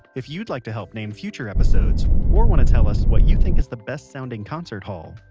if you'd like to help name future episodes, or want to tell us what you think is the best sounding concert hall,